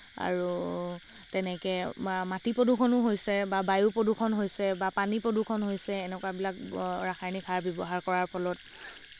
আৰু তেনেকে বা মাটি প্ৰদূষণো হৈছে বা বায়ু প্ৰদূষণ হৈছে বা পানী প্ৰদূষণ হৈছে এনেকুৱাবিলাক ৰাসায়নিক সাৰ ব্যৱহাৰ কৰাৰ ফলত